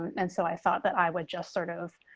and so i thought that i would just sort of